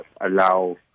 allow